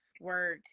work